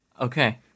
okay